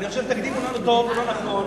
אני חושב שהתקדים לא טוב ולא נכון,